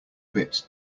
bit